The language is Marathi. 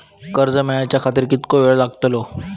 कर्ज मेलाच्या खातिर कीतको वेळ लागतलो?